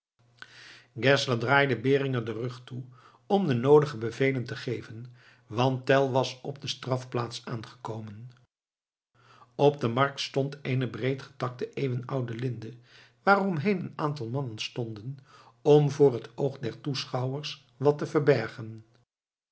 geszler draaide beringer den rug toe om de noodige bevelen te geven want tell was op de strafplaats aangekomen op de markt stond eene breedgetakte eeuwenoude linde waaromheen een aantal mannen stonden om voor het oog der toeschouwers wat te verbergen